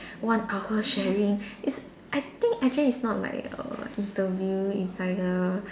one hour sharing it's I think actually it's not like a interview it's like a